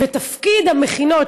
ותפקיד המכינות,